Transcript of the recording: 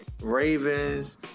Ravens